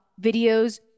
videos